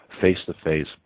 face-to-face